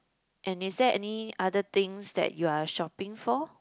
and is there any other things that you are shopping for